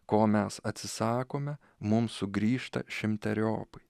ko mes atsisakome mums sugrįžta šimteriopai